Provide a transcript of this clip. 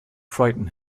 frighten